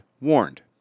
warned